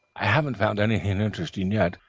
i haven't found anything interesting yet.